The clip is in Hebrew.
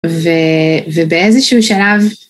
ו... ובאיזה שהוא שלב.